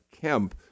Kemp